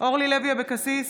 אורלי לוי אבקסיס,